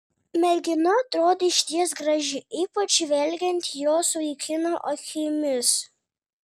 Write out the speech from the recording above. mergina atrodė išties graži ypač žvelgiant jos vaikino akimis